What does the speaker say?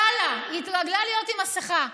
קל לה, היא התרגלה להיות עם מסכה.